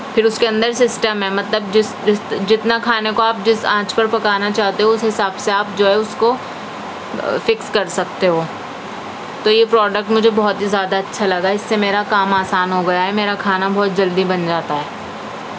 پھر اُس کے اندر سِسٹم ہے مطلب جس جس جتنا کھانے کو آپ جس آنچ پر پکانا چاہتے ہو اُس حساب سے آپ جو ہے اُس کو فِکس کر سکتے ہو تو یہ پروڈکٹ مجھے بہت ہی زیادہ اچھا لگا اِس سے میرا کام آسان ہو گیا ہے میرا کھانا بہت جلدی بن جاتا ہے